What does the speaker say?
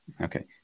okay